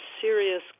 serious